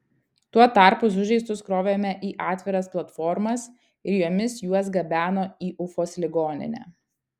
tuo tarpu sužeistus krovėme į atviras platformas ir jomis juos gabeno į ufos ligoninę